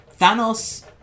Thanos